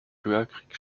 bürgerkrieg